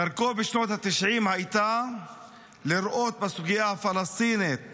דרכו בשנות התשעים הייתה לראות בסוגיה הפלסטינית